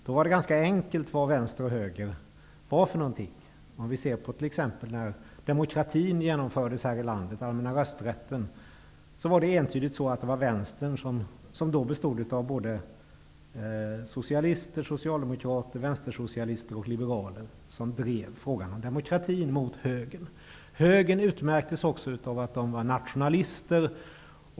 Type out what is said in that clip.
Då var det ganska enkelt vad vänster och höger var för något. Om vi ser på när demokratin och den allmänna rösträtten genomfördes här i landet var det entydigt så att det var vänstern, som då bestod av socialister, socialdemokrater, vänstersocialister och liberaler, som drev frågan om demokrati mot högern. Högern utmärktes också av att de var nationalister.